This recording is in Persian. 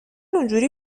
اونحوری